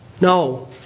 No